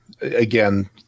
again